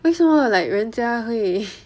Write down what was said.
为什么 like 人家会